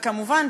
וכמובן,